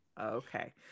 Okay